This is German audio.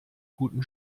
guten